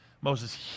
Moses